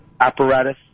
apparatus